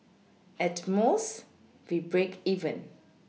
at most we break even